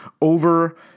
over